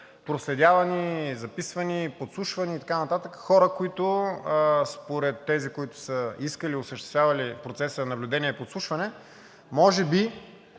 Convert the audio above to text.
проследявани, записвани, подслушвани и така нататък хора, които според тези, които са искали, осъществявали процес на наблюдение и подслушване, може би